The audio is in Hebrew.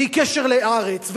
והיא קשר לארץ,